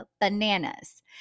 bananas